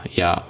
ja